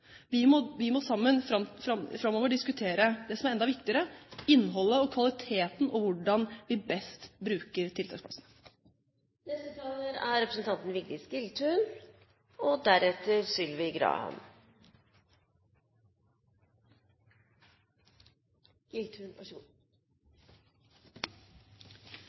Vi må sammen framover diskutere det som er enda viktigere: innholdet og kvaliteten, og hvordan vi best bruker tiltaksplassene. Arbeid er viktig. Det gir identitet, det gir fellesskap med gode kollegaer, og